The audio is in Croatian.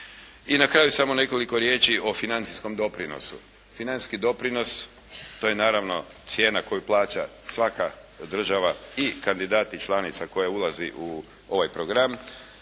I na kraju samo nekoliko riječi o financijskom doprinosu. Financijski doprinos, to je naravno cijena koju plaća svaka država i kandidati članica koje ulaze u ovaj program.